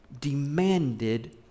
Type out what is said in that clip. demanded